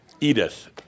Edith